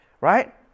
right